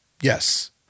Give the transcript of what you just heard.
yes